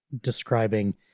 describing